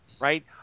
Right